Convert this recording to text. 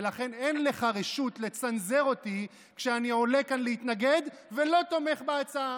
ולכן אין לך רשות לצנזר אותי כשאני עולה להתנגד ולא תומך בהצעה.